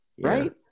Right